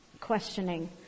questioning